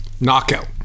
Knockout